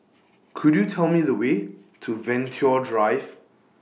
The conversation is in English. Could YOU Tell Me The Way to Venture Drive